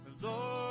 Lord